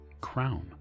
crown